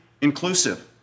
inclusive